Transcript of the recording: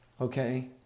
Okay